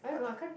what ah